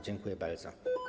Dziękuję bardzo.